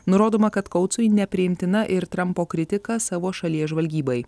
nurodoma kad koutsui nepriimtina ir trampo kritika savo šalies žvalgybai